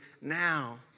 now